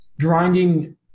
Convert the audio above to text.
grinding